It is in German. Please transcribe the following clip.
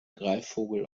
greifvogel